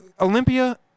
Olympia